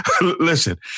Listen